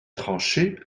tranchées